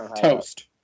toast